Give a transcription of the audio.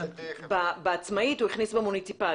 את העצמאית הוא הכניס במוניציפלי.